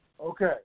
Okay